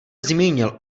zmínil